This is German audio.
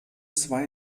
zwei